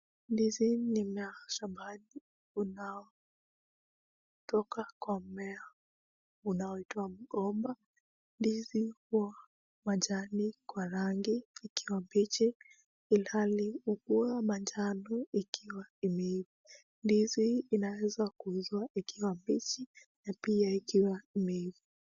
Ndizi ni mmea wa shambani unaotoka kwa mmea unaoitwa mgomba, ndizi huwa majani kwa rangi ikiwa mbichi, ilhali hukuwa manjano ikiwa imeiva. Ndizi inaweza kuuzwa ikiwa mbichi na pia ikiwa imeiva.